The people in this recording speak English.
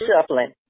shuffling